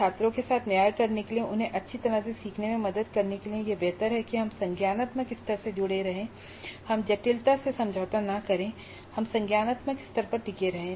छात्रों के साथ न्याय करने के लिए उन्हें अच्छी तरह से सीखने में मदद करने के लिए यह बेहतर है कि हम संज्ञानात्मक स्तर से जुड़े रहें हम जटिलता से समझौता न करें हम संज्ञानात्मक स्तर पर टिके रहें